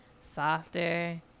softer